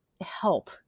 help